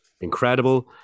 incredible